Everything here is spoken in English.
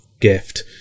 gift